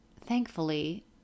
thankfully